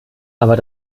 aber